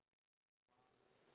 iya